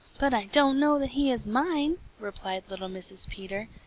but i don't know that he is mine! replied little mrs. peter,